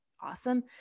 awesome